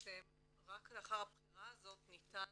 בעצם רק לאחר הבחירה הזאת ניתן